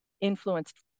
influenced